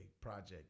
project